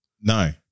No